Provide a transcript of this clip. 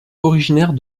originaire